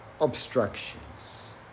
obstructions